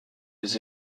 les